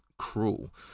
cruel